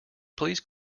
please